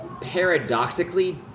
paradoxically